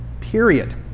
period